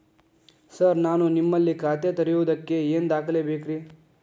Sir ನಾನು ನಿಮ್ಮಲ್ಲಿ ಖಾತೆ ತೆರೆಯುವುದಕ್ಕೆ ಏನ್ ದಾಖಲೆ ಬೇಕ್ರಿ?